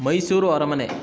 ಮೈಸೂರು ಅರಮನೆ